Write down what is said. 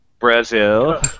Brazil